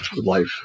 life